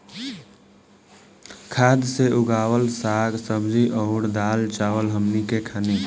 खाद से उगावल साग सब्जी अउर दाल चावल हमनी के खानी